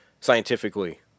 scientifically